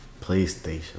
PlayStation